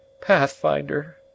Pathfinder